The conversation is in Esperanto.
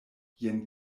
jen